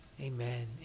Amen